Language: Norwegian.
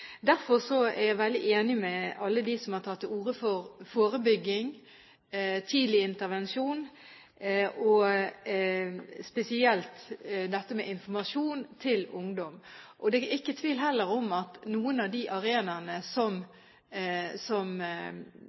er jeg veldig enig med alle dem som har tatt til orde for forebygging, tidlig intervensjon, og spesielt informasjon til ungdom. Det er heller ikke tvil om at noen av de arenaene som